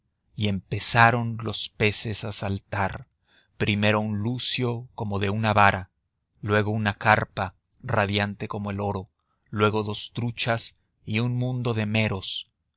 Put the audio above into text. y empezaron los peces a saltar primero un lucio como de una vara luego una carpa radiante como el oro luego dos truchas y un mundo de meros